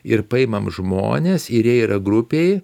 ir paimam žmones ir jie yra grupėj